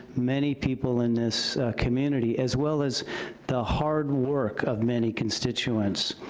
many people in this community, as well as the hard work of many constituents.